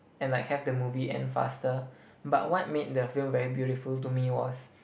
and like have the movie end faster but what made the film very beautiful to me was